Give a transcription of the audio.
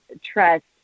trust